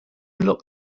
locked